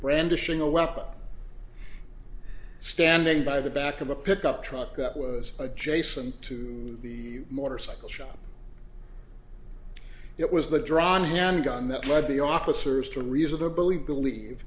brandishing a weapon standing by the back of a pickup truck that was adjacent to the motorcycle shop it was the drawn handgun that led the officers to reasonably believe